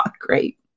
great